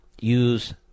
use